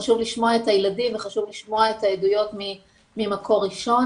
חשוב לשמוע את הילדים וחשוב לשמוע את העדויות ממקור ראשון.